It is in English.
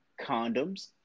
condoms